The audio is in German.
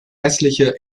hässliche